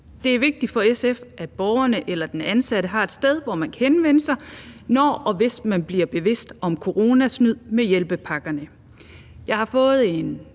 Det er vigtigt for SF, at borgerne eller den ansatte har et sted, hvor man kan henvende sig, når og hvis man bliver bevidst om snyd med hjælpepakkerne. Jeg har fået en